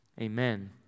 Amen